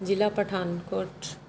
ਜ਼ਿਲ੍ਹਾ ਪਠਾਨਕੋਟ